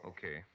Okay